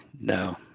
no